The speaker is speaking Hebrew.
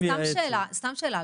שאלה: